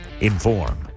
inform